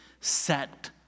set